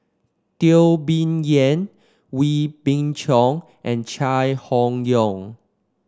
Teo Bee Yen Wee Beng Chong and Chai Hon Yoong